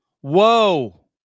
whoa